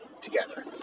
together